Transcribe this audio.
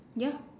ya